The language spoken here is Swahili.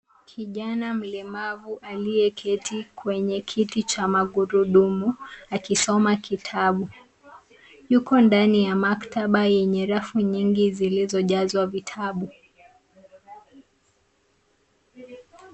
Kijana mlemavu aliyeketi kwenye kiti cha magurudumu akisoma kitabu . Yuko ndani ya maktaba yenye rafu nyingi zilizojazwa vitabu.